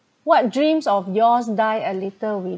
what dreams of yours die a little with